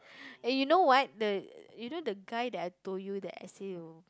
eh you know what the you know the guy I told you the